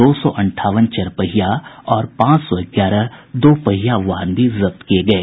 दो सौ अंठावन चरपहिया और पांच सौ ग्यारह दोपहिया वाहन भी जब्त किये गये